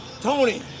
Tony